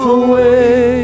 away